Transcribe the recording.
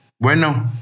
Bueno